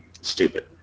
stupid